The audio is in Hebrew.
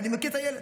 אני מכיר את הילד,